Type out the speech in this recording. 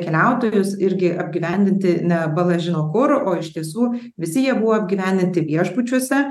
keliautojus irgi apgyvendinti ne bala žino kur o iš tiesų visi jie buvo apgyvendinti viešbučiuose